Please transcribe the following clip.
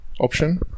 option